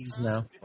now